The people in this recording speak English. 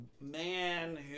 man